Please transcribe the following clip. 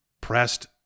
pressed